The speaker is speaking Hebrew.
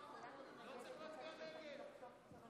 כמה